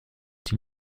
die